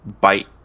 bite